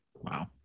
Wow